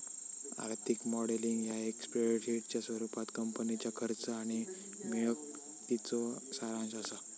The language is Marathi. आर्थिक मॉडेलिंग ह्या एक स्प्रेडशीटच्या स्वरूपात कंपनीच्या खर्च आणि मिळकतीचो सारांश असा